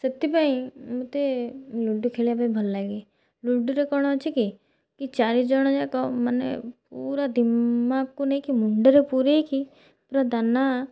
ସେଥିପାଇଁ ମୋତେ ଲୁଡ଼ୁ ଖେଳିବା ପାଇଁ ଭଲ ଲାଗେ ଲୁଡ଼ୁରେ କ'ଣ ଅଛିକି କି ଚାରି ଜଣ ଯାକ ମାନେ ପୁରା ଦିମାଗକୁ ନେଇକି ମୁଣ୍ଡରେ ପୁରାଇକି ପୁରା ଦାନା